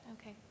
Okay